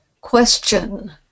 question